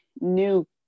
new